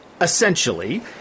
essentially